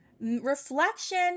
reflection